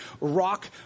rock